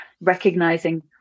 recognizing